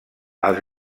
els